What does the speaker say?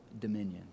dominion